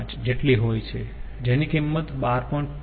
5 જેટલી હોય છે જેની કિંમત 12